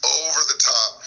over-the-top